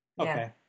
okay